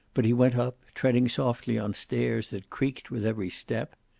but he went up, treading softly on stairs that creaked with every step.